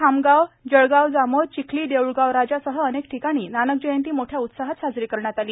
खामगाव जळगाव जामोद चिखली देऊळगाव राजा सह अनेक ठिकाणी नानकजयंती मोठ्या उत्साहात साजरी करण्यात आली